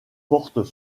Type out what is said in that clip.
portent